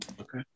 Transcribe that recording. okay